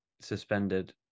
suspended